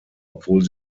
obwohl